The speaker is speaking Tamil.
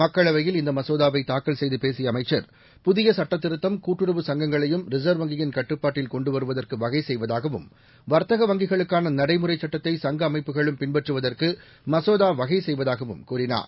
மக்களவையில் இந்த மசோதாவை தாக்கல் செய்து பேசிய அமைச்சர் புதிய சட்டத்திருத்தம் கூட்டுறவு சங்கங்களையும் ரிசர்வ் வங்கியின் கட்டுப்பாட்டில் கொண்டு வருவதற்கு வகை செய்வதாகவும் வர்த்தக வங்கிகளுக்கான நடைமுறை சட்டத்தை சங்க அமைப்புகளும் பின்பற்றுவதற்கு மசோதா வகை செய்வதாகவும் கூறினார்